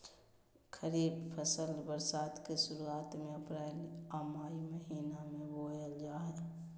खरीफ फसल बरसात के शुरुआत में अप्रैल आ मई महीना में बोअल जा हइ